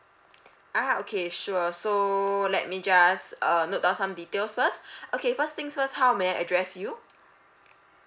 ah okay sure so let me just uh note down some details first okay first things first how may I address you